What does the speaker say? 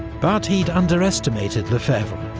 but he'd underestimated lefebvre,